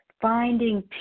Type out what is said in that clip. finding